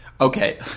Okay